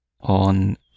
On